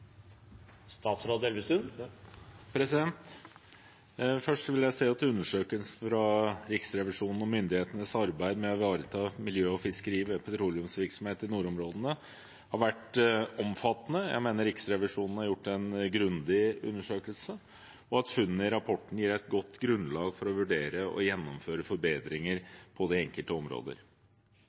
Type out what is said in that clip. Først vil jeg si at undersøkelsen fra Riksrevisjonen om myndighetenes arbeid med å ivareta miljø og fiskeri ved petroleumsvirksomhet i nordområdene har vært omfattende. Jeg mener Riksrevisjonen har gjort en grundig undersøkelse, og at funnene i rapporten gir et godt grunnlag for å vurdere og gjennomføre forbedringer på de enkelte